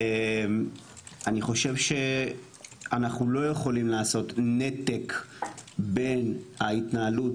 אני חושב שאנחנו לא יכולים לעשות נתק בין ההתנהלות